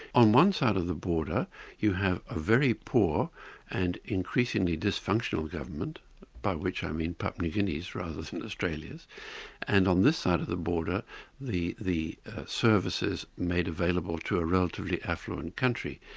on one side of the border you have a very poor and increasingly dysfunctional government by which i mean papua new guinea's rather than australia's and on this side of the border the the services made available to a relatively affluent country.